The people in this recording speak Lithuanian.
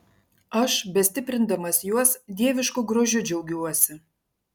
aš bestiprindamas juos dievišku grožiu džiaugiuosi